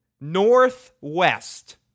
Northwest